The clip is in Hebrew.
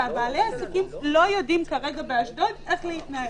בעלי העסקים באשדוד כרגע לא יודעים איך להתנהל.